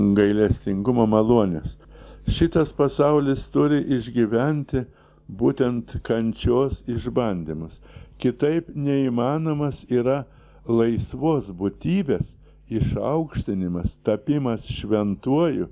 gailestingumo malonės šitas pasaulis turi išgyventi būtent kančios išbandymus kitaip neįmanomas yra laisvos būtybės išaukštinimas tapimas šventuoju